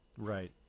right